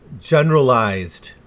generalized